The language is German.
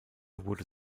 wurde